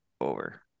over